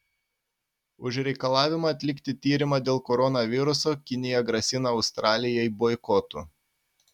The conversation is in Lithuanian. už reikalavimą atlikti tyrimą dėl koronaviruso kinija grasina australijai boikotu